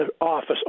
office